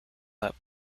let